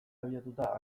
abiatuta